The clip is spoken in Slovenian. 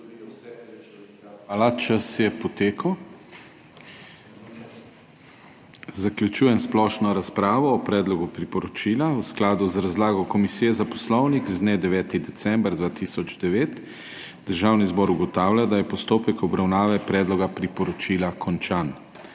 Hvala. Čas je potekel. Zaključujem splošno razpravo o predlogu priporočila. V skladu z razlago Komisije za Poslovnik z dne 9. december 2009 Državni zbor ugotavlja, da je postopek obravnave predloga priporočila končan.